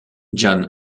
jan